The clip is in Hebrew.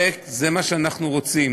וזה מה שאנחנו רוצים.